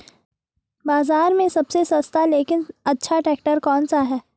बाज़ार में सबसे सस्ता लेकिन अच्छा ट्रैक्टर कौनसा है?